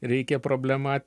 reikia problemą